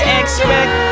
expect